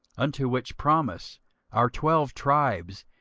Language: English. unto which promise our twelve tribes,